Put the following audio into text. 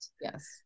Yes